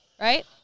Right